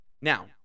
Now